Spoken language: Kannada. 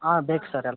ಹಾಂ ಬೇಕು ಸರ್ ಎಲ್